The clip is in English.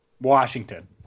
Washington